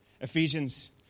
Ephesians